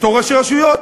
בתור ראשי רשויות.